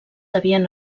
havien